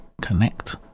connect